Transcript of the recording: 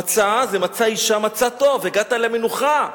"מצא" זה "מצא אשה מצא טוב" הגעת אל המנוחה,